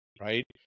right